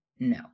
No